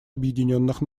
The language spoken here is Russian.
объединенных